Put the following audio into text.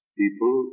people